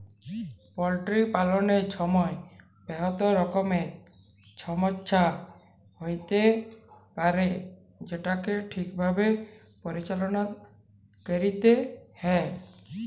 poultry পাললের ছময় বহুত রকমের ছমচ্যা হ্যইতে পারে যেটকে ঠিকভাবে পরিচাললা ক্যইরতে হ্যয়